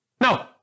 No